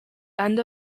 end